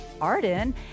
Arden